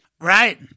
Right